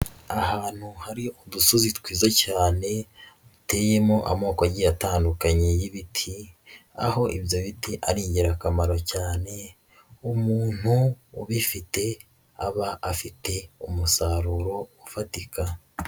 Ahantu hari udusozi twiza cyane duteyemo amoko agiye atandukanye y'ibiti aho ibyo biti ari ingirakamaro cyane umuntu ubifite aba afite umusaruro ufatika.